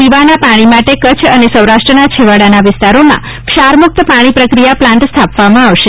પીવાના પાણી માટે કચ્છ અને સૌરાષ્ટ્રના છેવાડાના વિસ્તારોમાં ક્ષારમુક્ત પાણી પ્રક્રિયા પ્લાન્ટ સ્થાપવામાં આવશે